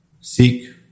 seek